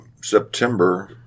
September